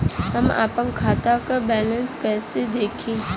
हम आपन खाता क बैलेंस कईसे देखी?